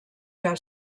que